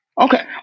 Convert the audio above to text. Okay